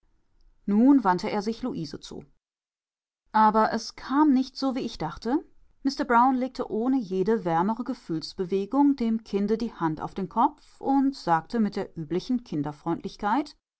nun wandte er sich luise zu aber es kam nicht so wie ich dachte mister brown legte ohne jede wärmere gefühlsbewegung dem kinde die hand auf den kopf und sagte mit der